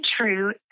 true